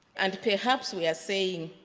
and perhaps we are saying,